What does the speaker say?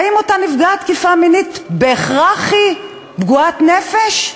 האם אותה נפגעת תקיפה מינית היא בהכרח פגועת נפש?